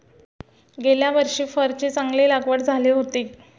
गेल्या वर्षी फरची चांगली लागवड झाली होती